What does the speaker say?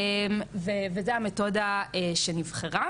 וזו המתודה שנבחרה